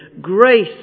Grace